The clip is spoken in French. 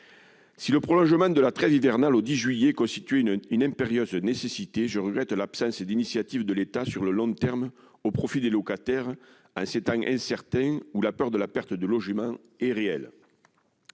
Si le prolongement de la trêve hivernale jusqu'au 10 juillet constituait une impérieuse nécessité, je regrette l'absence d'initiative de l'État sur le long terme au profit des locataires, en ces temps incertains marqués par une réelle